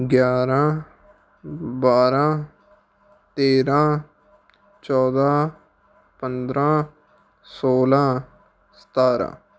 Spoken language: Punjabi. ਗਿਆਰਾਂ ਬਾਰਾਂ ਤੇਰਾਂ ਚੌਦਾਂ ਪੰਦਰਾਂ ਸੋਲਾਂ ਸਤਾਰਾਂ